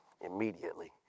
Immediately